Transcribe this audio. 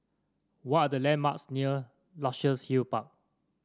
what are the landmarks near Luxus Hill Park